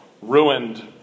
ruined